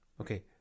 okay